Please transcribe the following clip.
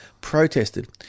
protested